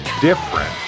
different